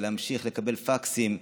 להמשיך לקבל פקסים,